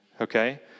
Okay